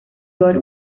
god